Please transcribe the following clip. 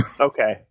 okay